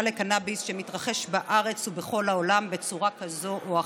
לקנביס שמתרחש בארץ ובכל העולם בצורה כזאת או אחרת.